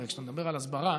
הרי כשאתה מדבר על הסברה,